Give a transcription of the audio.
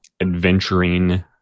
adventuring